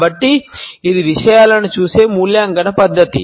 కాబట్టి ఇది విషయాలను చూసే మూల్యాంకన పద్ధతి